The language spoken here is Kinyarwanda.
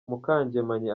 mukangemanyi